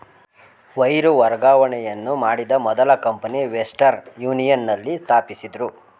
wire ವರ್ಗಾವಣೆಯನ್ನು ಮಾಡಿದ ಮೊದಲ ಕಂಪನಿ ವೆಸ್ಟರ್ನ್ ಯೂನಿಯನ್ ನಲ್ಲಿ ಸ್ಥಾಪಿಸಿದ್ದ್ರು